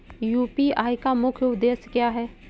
UPI का मुख्य उद्देश्य क्या है?